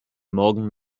morgen